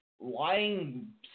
lying